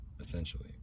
essentially